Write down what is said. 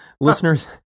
Listeners